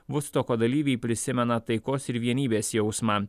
vudstoko dalyviai prisimena taikos ir vienybės jausmą